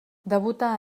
debuta